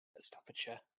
Staffordshire